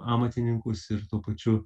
amatininkus ir tuo pačiu